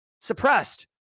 suppressed